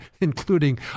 including